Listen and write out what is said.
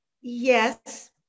yes